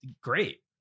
great